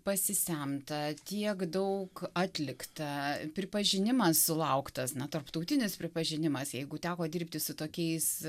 pasisemta tiek daug atlikta pripažinimas sulauktas na tarptautinis pripažinimas jeigu teko dirbti su tokiais